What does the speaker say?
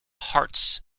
hearts